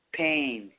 pain